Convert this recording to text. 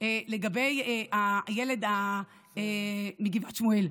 לגבי הילד מגבעת שמואל.